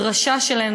דרשה שלהם,